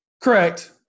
correct